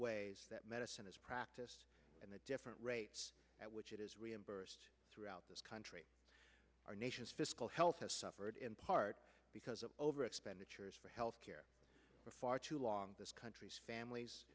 ways that medicine is practiced and the different rate at which it is reimbursed throughout this country our nation's fiscal health has suffered in part because of over expenditures for health care before too long this country families